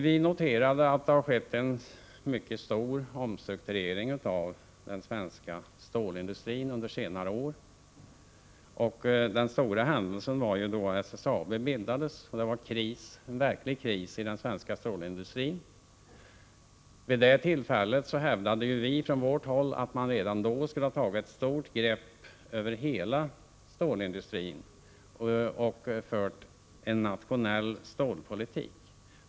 Vi noterade att det har skett en mycket stor omstrukturering av den svenska stålindustrin under senare år. Den största händelsen var bildandet av SSAB när det var verklig kris i den svenska stålindustrin. Vid det tillfället hävdade vi att man borde ta ett stort grepp över hela stålindustrin och föra en nationell stålpolitik.